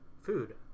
food